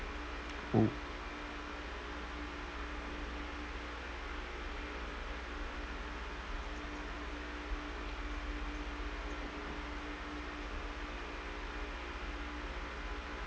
orh